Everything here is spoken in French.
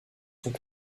sont